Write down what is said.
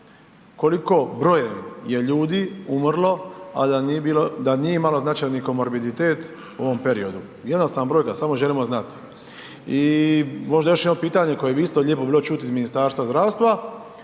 Koliko, brojem, je ljudi umrlo, a da nije bilo, da nije imalo značajni komorbiditet u ovom periodu? Jednostavna brojka, samo želimo znat. I možda još jedno pitanje koje bi isto lijepo bilo čut iz Ministarstva zdravstva.